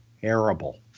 terrible